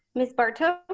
miss barto.